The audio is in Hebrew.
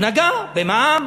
הוא נגע, במע"מ.